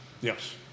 Yes